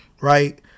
right